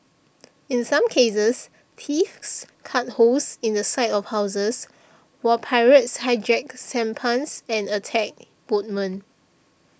in some cases thieves cut holes in the side of houses while pirates hijacked sampans and attacked boatmen